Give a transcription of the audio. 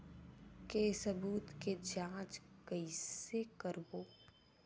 के सबूत के जांच कइसे करबो?